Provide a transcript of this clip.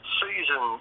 season